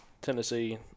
tennessee